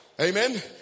Amen